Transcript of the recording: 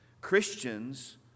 Christians